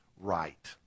Right